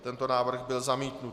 Tento návrh byl zamítnut.